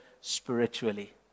spiritually